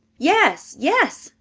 yes! yes!